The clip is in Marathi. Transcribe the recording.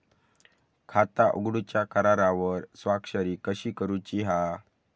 खाता उघडूच्या करारावर स्वाक्षरी कशी करूची हा?